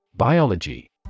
Biology